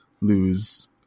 lose